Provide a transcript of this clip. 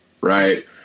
right